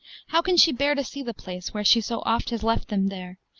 how can she bear to see the place. where she so oft has left them there,